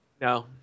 No